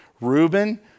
Reuben